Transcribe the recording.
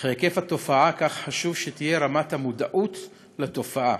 וכהיקף התופעה, כך חשוב שתהיה רמת המודעות לתופעה.